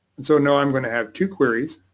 and so now i'm going to have two queries.